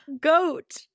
goat